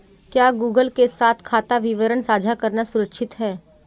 क्या गूगल के साथ खाता विवरण साझा करना सुरक्षित है?